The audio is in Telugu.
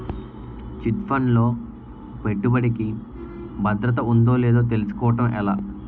చిట్ ఫండ్ లో పెట్టుబడికి భద్రత ఉందో లేదో తెలుసుకోవటం ఎలా?